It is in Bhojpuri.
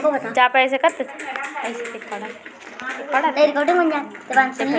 Bhim app, Google, Paytm, Google pay से पईसा मोबाईल से भेजल जात हवे